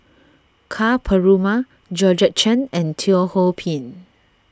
Ka Perumal Georgette Chen and Teo Ho Pin